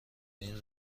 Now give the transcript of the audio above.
این